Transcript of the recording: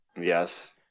Yes